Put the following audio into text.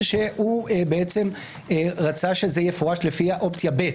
שהוא רצה שזה יפורש לפי אופציה ב',